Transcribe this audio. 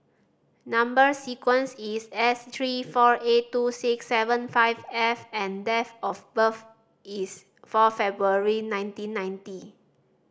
number sequence is S three four eight two six seven five F and date of birth is four February nineteen ninety